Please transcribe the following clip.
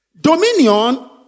dominion